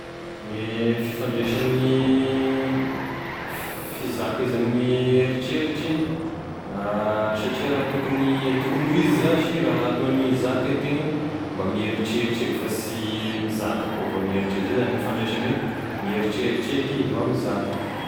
Gne fifandraisan'ny fizaka izy amine eritreritry satria raha tokony e tokony ho izy zash raha alohan'ny izaka itegna mba mieritreritry eky fa sy mizaka koa vao mieritreritry izay zany gn'ifandraisany hoe mieritreritry eky vao mizaka.